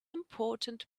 important